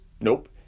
Nope